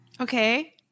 Okay